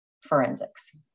forensics